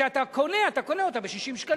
כשאתה קונה, אתה קונה אותו ב-60 שקלים.